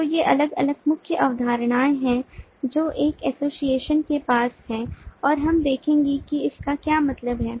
तो ये अलग अलग मुख्य अवधारणाएं हैं जो एक एसोसिएशन के पास हैं और हम देखेंगे कि इसका क्या मतलब है